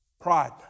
Pride